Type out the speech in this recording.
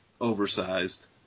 oversized